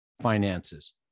finances